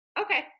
Okay